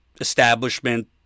establishment